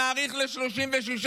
נאריך ל-36,